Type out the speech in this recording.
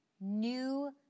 new